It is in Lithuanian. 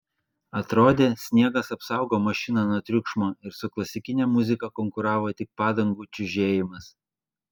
atrodė sniegas apsaugo mašiną nuo triukšmo ir su klasikine muzika konkuravo tik padangų čiužėjimas